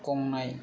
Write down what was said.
गंनाय